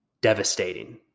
devastating